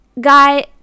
Guy